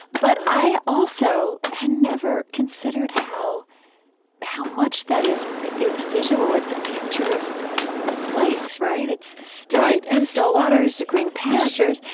but i also had never considered how how much that it's visual. it's a picture of of place, right? it's the still, right and still waters, the green pastures,